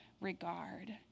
regard